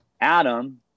Adam